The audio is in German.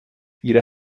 ihre